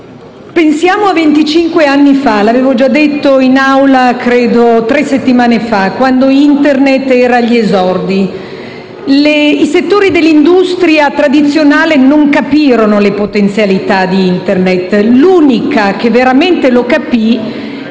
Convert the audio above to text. anni fa - credo di averlo già detto in Aula tre settimane fa - quando Internet era agli esordi: i settori dell'industria tradizionale non capirono le potenzialità di Internet; l'unica che veramente lo capì